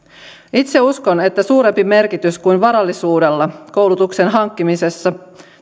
itse uskon että suurempi merkitys kuin varallisuudella koulutuksen hankkimisessa